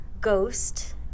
Ghost